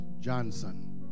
Johnson